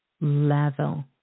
level